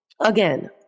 again